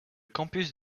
campus